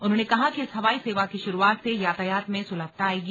उन्होंने कहा कि इस हवाई सेवा की शुरुआत से यातायात में सुलभता आएगी